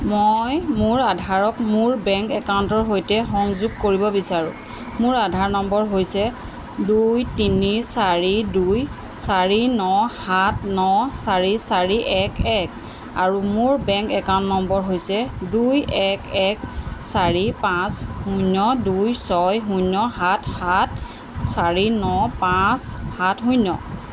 মই মোৰ আধাৰক মোৰ বেংক একাউণ্টৰ সৈতে সংযোগ কৰিব বিচাৰোঁ মোৰ আধাৰ নম্বৰ হৈছে দুই তিনি চাৰি দুই চাৰি ন সাত ন চাৰি চাৰি এক এক আৰু মোৰ বেংক একাউণ্ট নম্বৰ হৈছে দুই এক এক চাৰি পাঁচ শূন্য দুই ছয় শূন্য সাত সাত চাৰি ন পাঁচ সাত শূন্য